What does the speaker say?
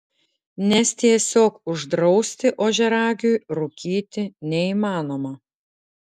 nes tiesiog uždrausti ožiaragiui rūkyti neįmanoma